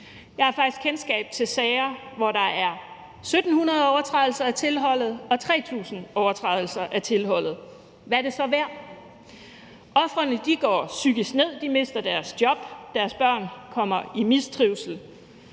Jeg har faktisk kendskab til sager, hvor der er 1.700 overtrædelser af tilholdet og 3.000 overtrædelser af tilholdet. Hvad er det så værd? Ofrene går psykisk ned, de mister deres job, deres børn kommer i mistrivsel.